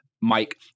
Mike